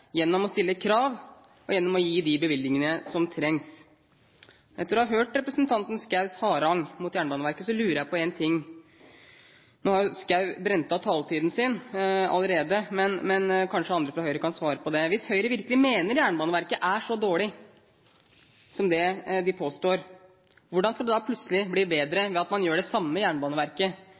gjennom å stille krav og gjennom å gi de bevilgningene som trengs. Etter å ha hørt representanten Schous harang mot Jernbaneverket, lurer jeg på en ting – nå har jo Schou brent av taletiden sin allerede, men kanskje andre fra Høyre kan svare på det: Hvis Høyre virkelig mener Jernbaneverket er så dårlig som det de påstår, hvordan skal det da plutselig bli bedre ved at man gjør det samme jernbaneverket